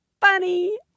funny